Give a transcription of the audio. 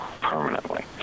permanently